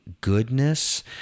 goodness